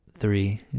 Three